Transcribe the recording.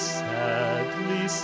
sadly